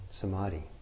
samadhi